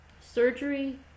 Surgery